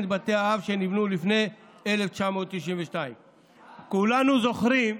בתי אב שנבנו לפני 1992. כולנו זוכרים,